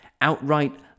outright